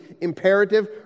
imperative